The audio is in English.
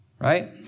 right